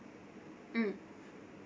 mm